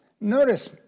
Notice